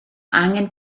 angen